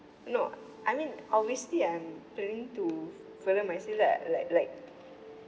no I mean obviously I'm planning to further my study lah like like